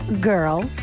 girl